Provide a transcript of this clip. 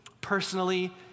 personally